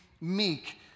meek